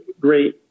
great